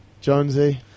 Jonesy